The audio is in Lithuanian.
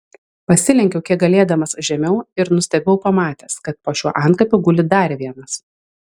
pasilenkiau kiek galėdamas žemiau ir nustebau pamatęs kad po šiuo antkapiu guli dar vienas